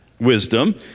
wisdom